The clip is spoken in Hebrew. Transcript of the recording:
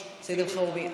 4. סעיד אלחרומי,